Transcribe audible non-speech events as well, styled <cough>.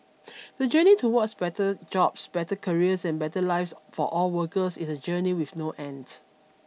<noise> the journey towards better jobs better careers and better lives for all workers is a journey with no end